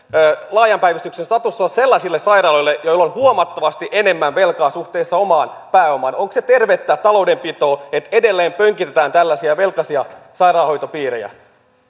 laajan päivystyksen statusta sellaisille sairaaloille joilla on huomattavasti enemmän velkaa suhteessa omaan pääomaan onko se tervettä taloudenpitoa että edelleen pönkitetään tällaisia velkaisia sairaanhoitopiirejä